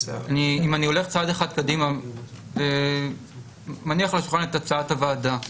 אם אני הולך צעד קדימה ומניח על השולחן את הצעת הוועדה,